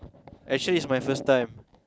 actually it's my first time